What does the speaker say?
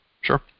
Sure